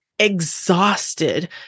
Exhausted